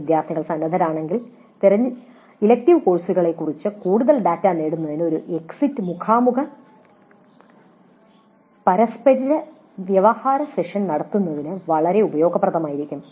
വിദ്യാർത്ഥികൾ സന്നദ്ധരാണെങ്കിൽ ഇലക്ടീവ് കോഴ്സുകളെക്കുറിച്ച് കൂടുതൽ ഡാറ്റ നേടുന്നതിന് ഒരു എക്സിറ്റ് മുഖാമുഖ പരസ്പരവ്യവഹാര സെഷൻ നടത്തുന്നത് വളരെ ഉപയോഗപ്രദമായിരിക്കും